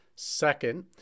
Second